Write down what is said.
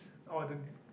or the